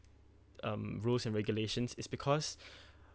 um rules and regulations is because